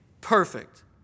perfect